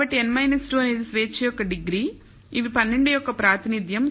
కాబట్టి n 2 అనేది స్వేచ్ఛ యొక్క డిగ్రీ ఇవి 12 యొక్క ప్రాతినిధ్యం